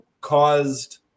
caused